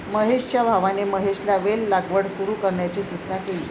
महेशच्या भावाने महेशला वेल लागवड सुरू करण्याची सूचना केली